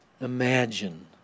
imagine